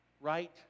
Right